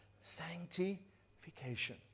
sanctification